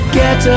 get